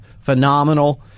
phenomenal